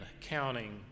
counting